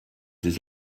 des